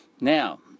Now